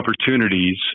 opportunities